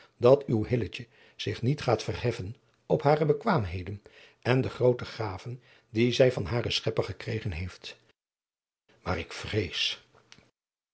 dat uw hilletje zich niet gaat verheffen op hare bekwaamheden en de groote gaven die zij van adriaan loosjes pzn het leven van hillegonda buisman haren schepper gekregen heeft maar ik vrees